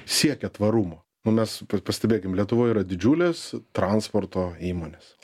siekia tvarumo nu mes pastebėkim lietuvoj yra didžiulės transporto įmonės